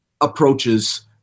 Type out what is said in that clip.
approaches